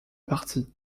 parties